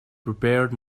prepared